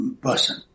person